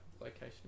location